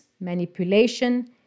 manipulation